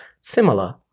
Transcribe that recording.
similar